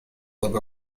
live